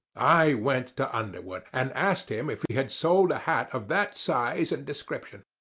i went to underwood, and asked him if he had sold a hat of that size and description.